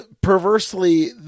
perversely